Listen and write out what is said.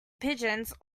pigeons